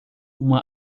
uma